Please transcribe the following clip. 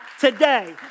today